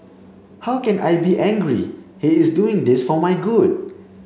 how can I be angry he is doing this for my good